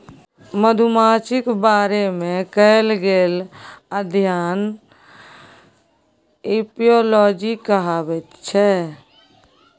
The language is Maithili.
मधुमाछीक बारे मे कएल गेल अध्ययन एपियोलाँजी कहाबै छै